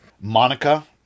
Monica